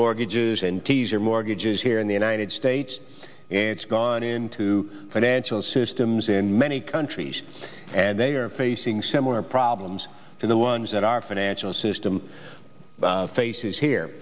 mortgages and teaser mortgages here in the united states and it's gone into financial systems in many countries and they are facing similar problems to the ones that our financial system faces here